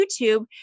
YouTube